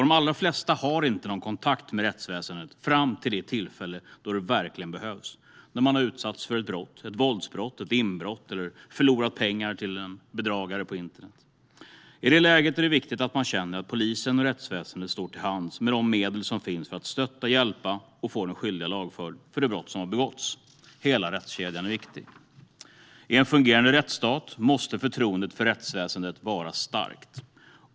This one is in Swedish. De allra flesta har ingen kontakt med rättsväsendet fram till det tillfälle då det verkligen behövs för att man har utsatts för ett våldsbrott eller ett inbrott eller för att man förlorat pengar till bedragare på internet. I det läget är det viktigt att man känner att polisen och rättsväsendet finns till hands med de medel som finns för att stötta, hjälpa och få den skyldige lagförd för det brott som har begåtts. Hela rättskedjan är viktig. I en fungerande rättsstat måste förtroendet för rättsväsendet vara starkt.